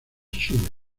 chile